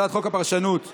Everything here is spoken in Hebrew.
הצעת חוק הפרשנות (תיקון,